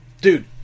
Dude